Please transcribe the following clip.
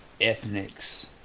ethnics